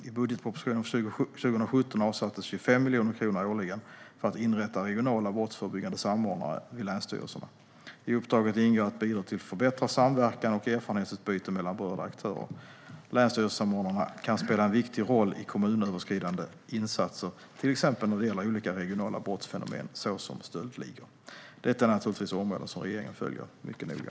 I budgetpropositionen för 2017 avsattes 25 miljoner kronor årligen för att inrätta regionala brottsförebyggande samordnare vid länsstyrelserna. I uppdraget ingår att bidra till förbättrad samverkan och erfarenhetsutbyte mellan berörda aktörer. Länsstyrelsesamordnarna kan spela en viktig roll i kommunöverskridande insatser, till exempel när det gäller olika regionala brottsfenomen såsom stöldligor. Detta är naturligtvis områden som regeringen följer mycket noga.